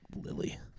Lily